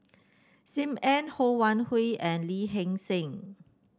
Sim Ann Ho Wan Hui and Lee Hee Seng